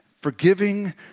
forgiving